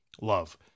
love